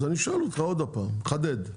אז אני שואל אותך עוד פעם, אני מחדד.